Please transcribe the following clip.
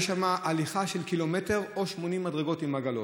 יש שם הליכה של קילומטר, או 80 מדרגות, עם עגלות.